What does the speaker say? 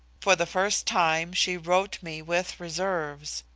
for the first time she wrote me with reserves.